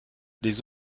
les